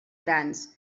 grans